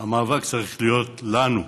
המאבק צריך להיות שלנו,